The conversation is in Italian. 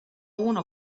uno